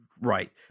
Right